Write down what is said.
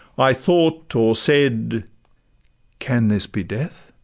i thought or said can this be death?